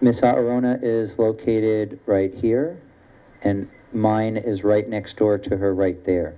miss our own is located right here and mine is right next door to her right there